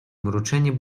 mruczenie